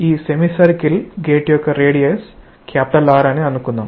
ఈ semi circle gate యొక్క radius R అని అనుకుందాం